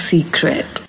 Secret